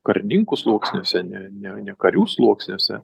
karininkų sluoksniuose ne ne ne karių sluoksniuose